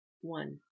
one